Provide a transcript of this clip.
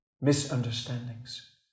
misunderstandings